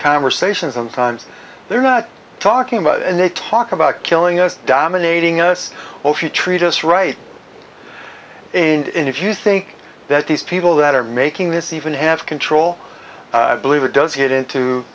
conversations sometimes they're not talking about and they talk about killing us dominating us or if you treat us right and if you think that these people that are making this even have control believe it does get into